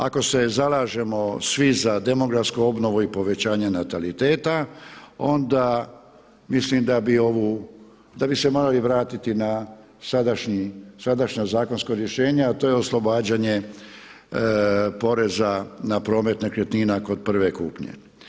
Ako se zalažemo svi za demografsku obnovu i povećanje nataliteta, onda mislim da bi se morali vratiti na sadašnje zakonsko rješenje a to je oslobađanje poreza na promet nekretnina kod prve kupnje.